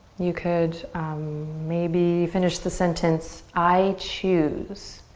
you could maybe finish the sentence, i choose.